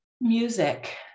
music